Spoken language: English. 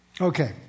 Okay